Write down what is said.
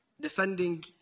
defending